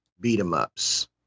beat-em-ups